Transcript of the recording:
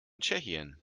tschechien